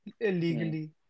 illegally